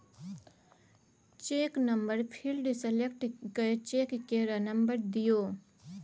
cheque number field select कए check केर number दियौ